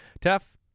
Tough